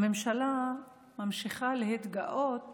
הממשלה ממשיכה להתגאות